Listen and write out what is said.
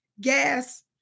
gas